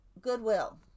Goodwill